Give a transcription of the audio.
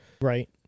Right